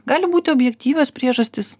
gali būti objektyvios priežastys